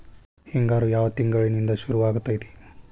ಹಿಂಗಾರು ಯಾವ ತಿಂಗಳಿನಿಂದ ಶುರುವಾಗತೈತಿ?